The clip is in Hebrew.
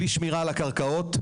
בלי שמירה על הקרקעות,